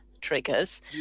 triggers